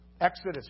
Exodus